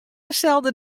deselde